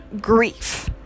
grief